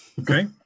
Okay